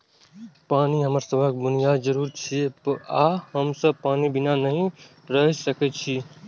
पानि हमरा सभक बुनियादी जरूरत छियै आ हम सब पानि बिना नहि रहि सकै छी